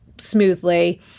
smoothly